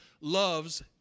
loves